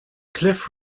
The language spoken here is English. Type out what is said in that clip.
cliff